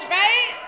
right